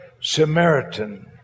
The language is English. Samaritan